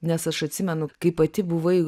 nes aš atsimenu kai pati buvai